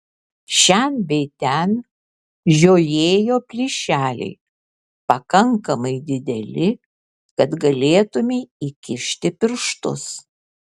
šen bei ten žiojėjo plyšeliai pakankamai dideli kad galėtumei įkišti pirštus